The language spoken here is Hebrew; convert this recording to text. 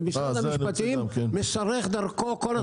ומשרד המשפטים משרך דרכו כל הזמן.